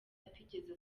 atigeze